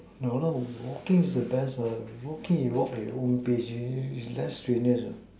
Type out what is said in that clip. no no walking is the best walking you walk at your own pace less strenuous